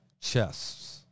chests